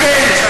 דווקא כן.